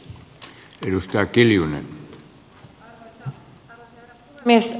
arvoisa herra puhemies